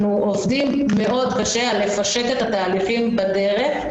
אנחנו עובדים קשה מאוד כדי לפשט את התהליכים בדרך.